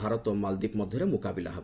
ଭାରତ ଓ ମାଲଦ୍ୱିପ ମଧ୍ୟରେ ମୁକାବିଲା ହେବ